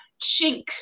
shink